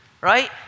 right